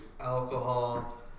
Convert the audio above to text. alcohol